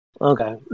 Okay